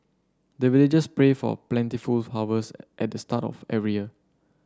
the villagers pray for plentiful harvest at the start of every year